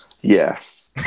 yes